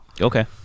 Okay